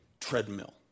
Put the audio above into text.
treadmill